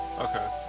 Okay